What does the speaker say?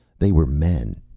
they were men.